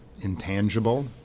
intangible